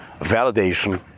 validation